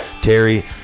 Terry